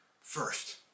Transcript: First